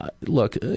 look